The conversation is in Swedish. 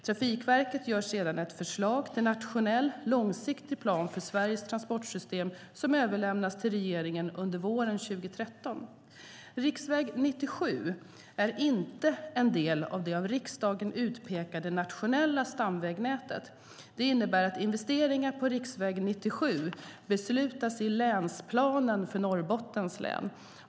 Trafikverket gör sedan ett förslag till nationell långsiktig plan för Sveriges transportsystem som överlämnas till regeringen under våren 2013. Riksväg 97 är inte en del av det av riksdagen utpekade nationella stamvägnätet. Det innebär att investeringar på riksväg 97 beslutas i länsplanen för Norrbottens län.